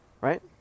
right